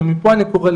מפה אני קורא,